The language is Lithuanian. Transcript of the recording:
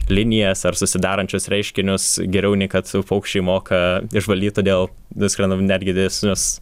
linijas ar susidarančius reiškinius geriau nei kad paukščiai moka išvaldyt todėl nuskrendam netgi didesnius